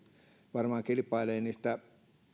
varmaan kilpailevat niistä